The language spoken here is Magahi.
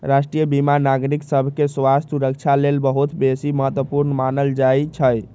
राष्ट्रीय बीमा नागरिक सभके स्वास्थ्य सुरक्षा लेल बहुत बेशी महत्वपूर्ण मानल जाइ छइ